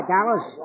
Dallas